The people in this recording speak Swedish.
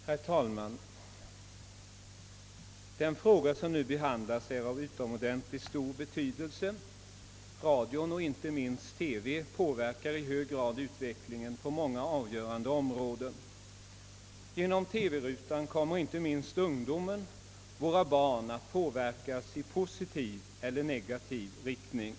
Herr talman! Den fråga som nu behandlas är av utomordentligt stor betydelse. Radion och inte minst TV påverkar i hög grad utvecklinggen på många avgörande områden. Genom TV rutan kommer inte minst ungdomen — våra barn — att påverkas i positiv eller negativ riktning.